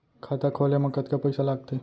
खाता खोले मा कतका पइसा लागथे?